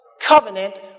Covenant